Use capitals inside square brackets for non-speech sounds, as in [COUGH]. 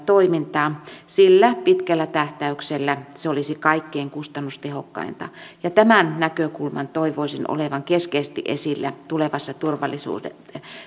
[UNINTELLIGIBLE] toimintaa sillä pitkällä tähtäyksellä se olisi kaikkein kustannustehokkainta tämän näkökulman toivoisin olevan keskeisesti esillä tulevassa